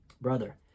brother